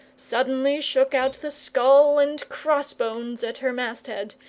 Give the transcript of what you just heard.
suddenly shook out the skull-and-cross-bones at her masthead,